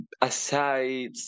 aside